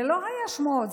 זה לא היה שמועות,